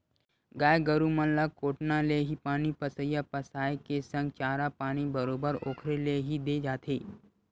गाय गरु मन ल कोटना ले ही पानी पसिया पायए के संग चारा पानी बरोबर ओखरे ले ही देय जाथे